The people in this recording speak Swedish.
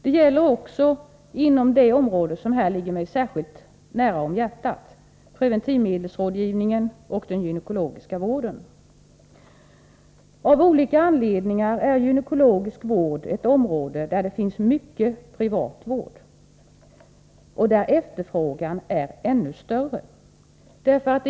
Det gäller också inom det område som ligger mig särskilt nära om hjärtat, preventivmedelsrådgivningen och den gynekologiska vården. Av olika anledningar är gynekologisk vård ett område där det finns mycket privat vård och där efterfrågan är ännu större.